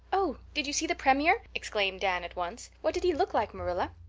oh, did you see the premier? exclaimed anne at once. what did he look like marilla?